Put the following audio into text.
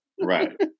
Right